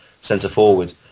centre-forward